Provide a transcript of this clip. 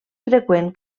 freqüent